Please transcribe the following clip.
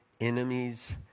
enemies